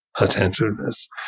attentiveness